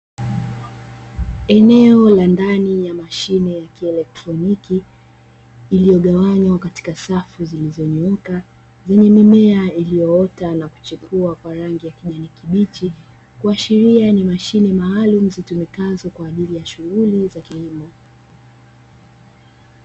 Eneo la ndani ya mashine ya kielektroniki, iliyogawanywa katika safu zilizonyooka yenye mimea iliyoota na kuchipua kwa rangi ya kijani kibichi. Kuashiria ni mashine maalumu zitumikazo kwa ajili ya shughuli za kilimo.